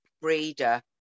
breeder